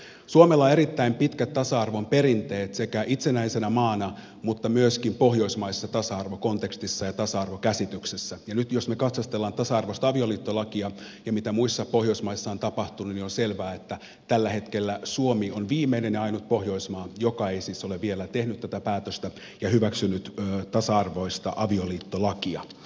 suomella on erittäin pitkät tasa arvon perinteet sekä itsenäisenä maana mutta myöskin pohjoismaisessa tasa arvokontekstissa ja tasa arvokäsityksessä ja nyt jos me katsastelemme tasa arvoista avioliittolakia ja mitä muissa pohjoismaissa on tapahtunut on selvää että tällä hetkellä suomi on viimeinen ja ainut pohjoismaa joka ei ole vielä tehnyt tätä päätöstä ja hyväksynyt tasa arvoista avioliittolakia